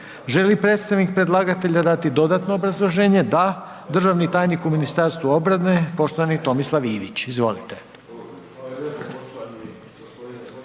li predstavnik predlagatelja dati dodatno obrazloženje? Da. Državni tajnik u Ministarstvu obrane, poštovani Tomislav Ivić. Izvolite.